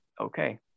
okay